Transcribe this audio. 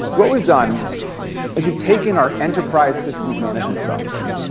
what we've done is we've taken our enterprise systems management software,